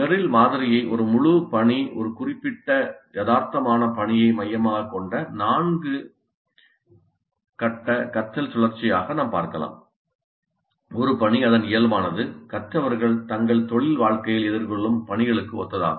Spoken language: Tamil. மெர்ரில் மாதிரியை ஒரு முழு பணி ஒரு குறிப்பிட்ட யதார்த்தமான பணியை மையமாகக் கொண்ட நான்கு கட்ட கற்றல் சுழற்சியாக நாம் பார்க்கலாம் ஒரு பணி அதன் இயல்பானது கற்றவர்கள் தங்கள் தொழில் வாழ்க்கையில் எதிர்கொள்ளும் பணிகளுக்கு ஒத்ததாகும்